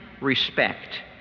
respect